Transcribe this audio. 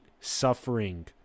suffering